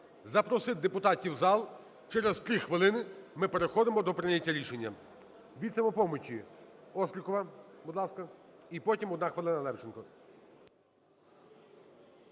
запросити депутатів в зал, через 3 хвилини ми переходимо до прийняття рішення. Від "Самопомочі" Острікова, будь ласка. І потім одна хвилина Левченко.